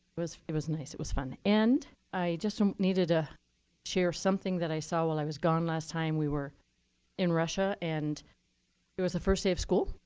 it was nice. it was fun. and i just needed a chair something that i saw while i was gone last time. we were in russia and it was the first day of school,